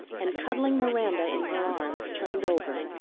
and cuddling miranda in her arms turned over,